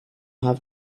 have